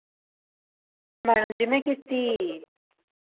madam ji में कीती